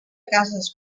cases